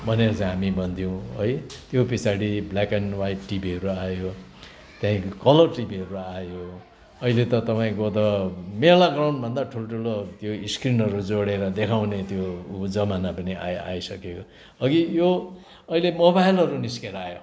भनेर चाहिँ हामी भन्थ्यौँ है त्यो पछाडि ब्ल्याक एन्ड वाइट टिभीहरू आयो त्यहाँदेखि कलर टिभीहरू आयो अहिले त तपाईँको त मेला ग्राउन्डभन्दा ठुलठुलो त्यो स्क्रिनहरू जोडेर देखाउने त्यो उ जमाना पनि आ आइसक्यो अघि यो अहिले मोबाइलहरू निस्केर आयो